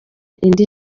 indi